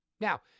Now